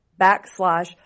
backslash